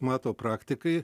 mato praktikai